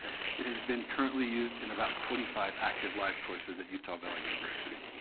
it has been currently used in about twenty five active live courses at utah valley university.